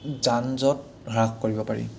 যান জট হ্ৰাস কৰিব পাৰি